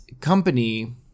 company